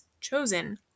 chosen